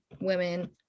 women